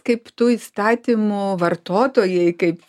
kaip tų įstatymų vartotojai kaip